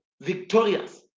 victorious